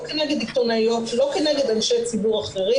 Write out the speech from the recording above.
לא כנגד עיתונאיות ולא נגד אנשי ציבור אחרים.